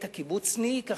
את הקיבוצניק החילוני,